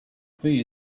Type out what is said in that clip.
pay